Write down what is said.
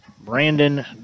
Brandon